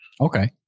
Okay